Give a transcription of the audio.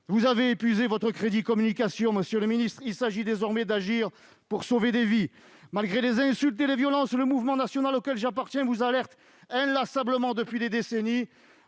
Vous avez épuisé votre crédit communication, monsieur le ministre : il s'agit désormais d'agir pour sauver des vies. Malgré les insultes et les violences, le mouvement national auquel j'appartiens vous alerte inlassablement depuis des décennies.